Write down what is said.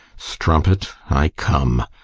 strumpet, i come!